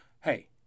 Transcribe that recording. Hey